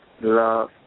love